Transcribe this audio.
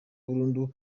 burundu